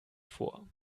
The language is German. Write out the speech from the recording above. vor